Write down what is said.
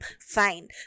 fine